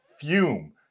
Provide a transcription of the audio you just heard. Fume